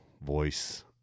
voice